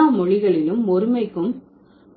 எல்லா மொழிகளிலும் ஒருமைக்கும்